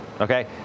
okay